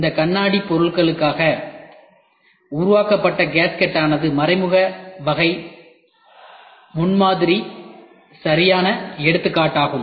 இந்த கண்ணாடி பொருட்களுக்காக உருவாக்கப்பட்ட கேஸ்கெட்டானது மறைமுக வகை முன்மாதிரிக்கு சரியான எடுத்துக்காட்டு ஆகும்